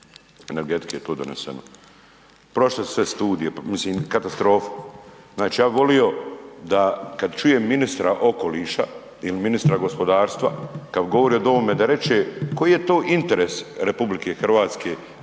energetike to je doneseno. Prošle su sve studije, pa mislim katastrofa. Ja bih volio kada čujem ministra okoliša ili ministra gospodarstva kada govori o ovome da reče koji je to interes RH za istražna područja